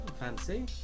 fancy